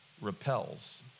repels